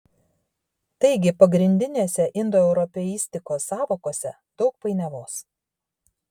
taigi pagrindinėse indoeuropeistikos sąvokose daug painiavos